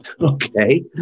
Okay